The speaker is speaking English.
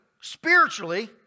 spiritually